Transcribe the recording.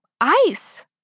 Ice